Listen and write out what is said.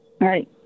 right